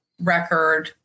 record